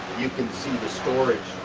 you can see the storage.